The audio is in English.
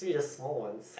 so it just small ones